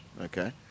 okay